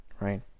right